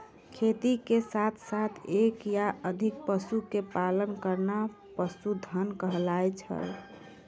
खेती के साथॅ साथॅ एक या अधिक पशु के पालन करना पशुधन कहलाय छै